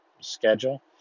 schedule